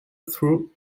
through